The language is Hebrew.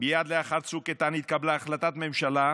מייד לאחר צוק איתן התקבלה החלטת ממשלה,